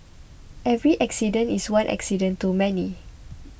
every accident is one accident too many